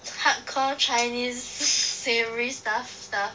hardcore chinese savoury stuff stuff